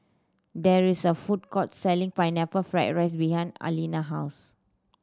there is a food court selling Pineapple Fried rice behind Alina house